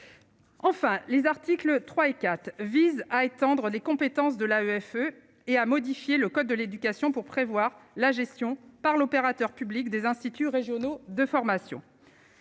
Enfin, les articles 3 et 4 visent à étendre les compétences de la EFE et à modifier le code de l'éducation pour prévoir la gestion par l'opérateur public des instituts régionaux de formation.